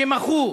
שמחו